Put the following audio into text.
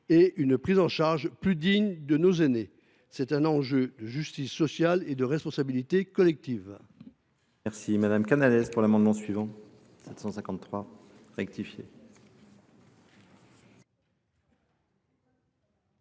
et une prise en charge plus digne de nos aînés. Il s’agit d’un enjeu de justice sociale et de responsabilité collective.